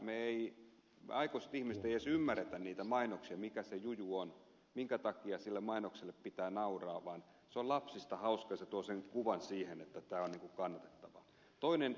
me aikuiset ihmiset emme edes ymmärrä niitä mainoksia mikä se juju on minkä takia sille mainokselle pitää nauraa mutta se on lapsista hauskaa ja se tuo sen kuvan siihen että tämä on kannatettavaa